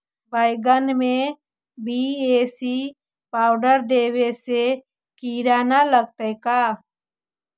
बैगन में B A C powder देबे से किड़ा न लगतै का?